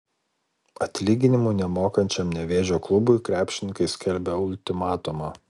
atlyginimų nemokančiam nevėžio klubui krepšininkai skelbia ultimatumą